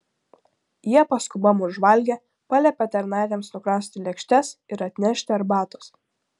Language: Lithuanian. jie paskubom užvalgė paliepė tarnaitėms nukraustyti lėkštes ir atnešti arbatos